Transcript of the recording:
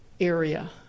area